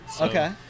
Okay